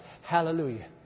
Hallelujah